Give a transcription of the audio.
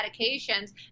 medications